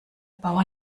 bauer